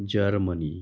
Germany